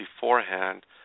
beforehand